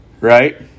Right